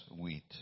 wheat